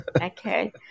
Okay